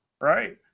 Right